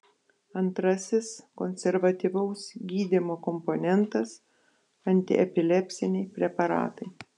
antrasis konservatyvaus gydymo komponentas antiepilepsiniai preparatai